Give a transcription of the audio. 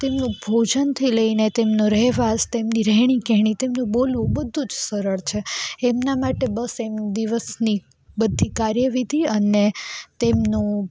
તેમનું ભોજનથી લઈને તેમનો રહેવાસ તેમની રહેણી કેહણી તેમનું બોલવું બધું જ સરળ છે એમના માટે બસ એમનું દિવસની બધી કાર્ય વિધિ અને તેમનું